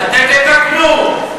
אתם, אתם תתקנו,